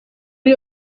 uyu